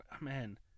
Man